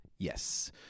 Yes